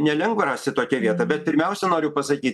nelengva rasti tokią vietą bet pirmiausia noriu pasakyt